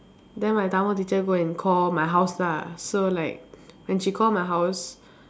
then my Tamil teacher go and call my house lah so like when she call my house